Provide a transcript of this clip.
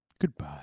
Goodbye